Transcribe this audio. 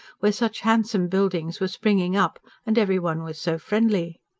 where such handsome buildings were springing up and every one was so friendly.